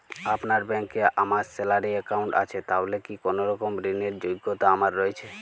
আপনার ব্যাংকে আমার স্যালারি অ্যাকাউন্ট আছে তাহলে কি কোনরকম ঋণ র যোগ্যতা আমার রয়েছে?